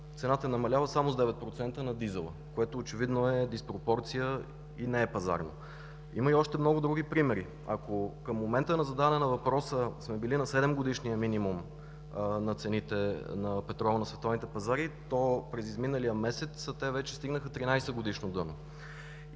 цената намалява само с 9% – на дизела, което очевидно е диспропорция и не е пазарно. Има още много други примери. Ако към момента на задаване на въпроса сме били на 7-годишния минимум на цените на петрола на световните пазари, то през изминалия месец те вече стигнаха 13-годишно дъно.